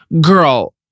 Girl